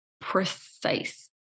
precise